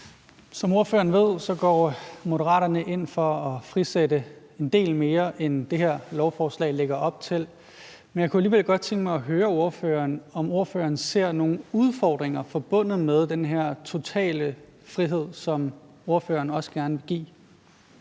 Som ordføreren ved, går Moderaterne ind for at frisætte en del mere, end det her lovforslag lægger op til. Men jeg kunne alligevel godt tænke mig at høre ordføreren, om ordføreren ser nogen udfordringer forbundet med den her totale frihed, som ordføreren også gerne vil give.